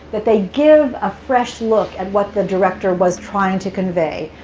that they give a fresh look at what the director was trying to convey.